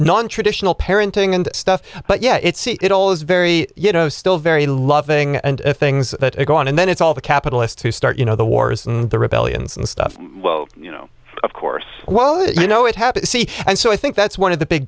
nontraditional parenting and stuff but yeah it's it all is very you know still very loving and things that go on and then it's all the capitalists who start you know the wars in the rebellions and stuff you know of course well that you know it happened and so i think that's one of the big